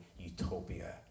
utopia